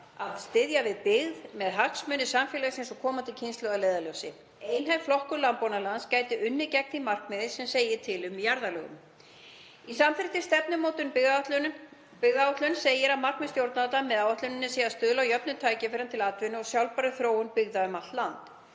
að styðja við byggð með hagsmuni samfélagsins og komandi kynslóða að leiðarljósi. Einhæf flokkun landbúnaðarlands gæti unnið gegn því markmiði sem segir til um jarðalögum. Í samþykktri stefnumótandi byggðaáætlun segir að markmið stjórnvalda með áætluninni sé að stuðla að jöfnum tækifærum til atvinnu og sjálfbærri þróun byggða um allt land.